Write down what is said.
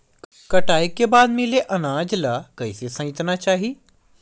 कटाई के बाद मिले अनाज ला कइसे संइतना चाही?